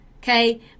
Okay